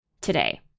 today